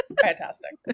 fantastic